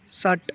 षट्